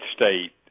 state